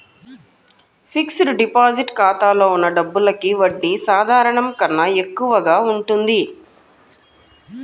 fixed deposit ఖాతాలో ఉన్న డబ్బులకి వడ్డీ సాధారణం కన్నా ఎక్కువగా ఉంటుంది